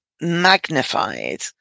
magnified